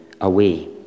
away